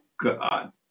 God